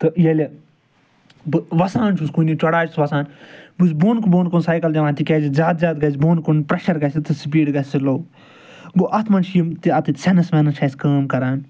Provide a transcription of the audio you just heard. تہٕ ییٚلہِ بہٕ وَسان چھُس کُنہِ چڑٲے چھُس وَسان بہٕ چھُس بوٚن بوٚن کُن سایکَل نِوان تِکیٛازِ زیادٕ زیادٕ گژھِ بوٚن کُن پریشَر گژھِ تہِ سِپیٖڈ گژھِ سِلو گوٚو اَتھ منٛز چھِ یِم تہِ اَتِتھ سٮ۪نٕس وٮ۪نٕس چھِ اَسہِ کٲم کران